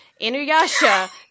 Inuyasha